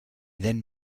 then